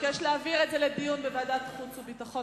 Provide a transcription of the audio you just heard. מבקש להעביר את זה לדיון בוועדת החוץ והביטחון,